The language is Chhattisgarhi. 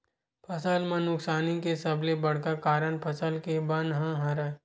फसल म नुकसानी के सबले बड़का कारन फसल के बन ह हरय